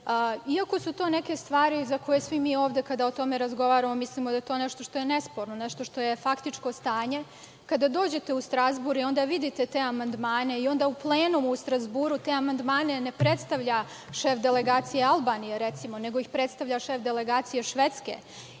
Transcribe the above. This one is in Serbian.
su to neke stvari za koje svi mi ovde kada o tome razgovaramo mislimo da je to nešto što je nesporno, nešto što je faktičko stanje, kada dođete u Strazbur, onda vidite te amandmane i onda u plenumu u Strazburu te amandmane ne predstavlja šef delegacije Albanije, recimo, nego ih predstavlja šef delegacije Švedske